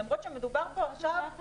למרות שמדובר פה עכשיו --- עד להודעה חדשה.